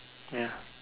ya